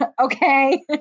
okay